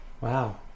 Wow